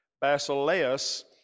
Basileus